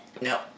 No